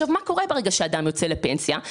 מה קורה ברגע שאדם יוצא לפנסיה?